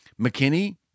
McKinney